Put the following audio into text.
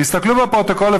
תסתכלו בפרוטוקול,